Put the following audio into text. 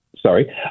sorry